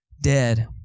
dead